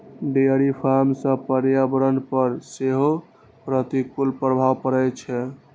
dairy farm सं पर्यावरण पर सेहो प्रतिकूल प्रभाव पड़ै छै